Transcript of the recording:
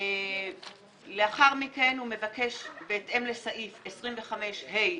לאחר מכן, הוא מבקש, בהתאם לסעיף 25 (ה)